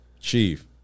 chief